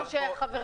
עוד אחת.